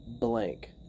blank